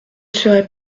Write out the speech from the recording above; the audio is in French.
serai